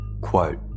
quote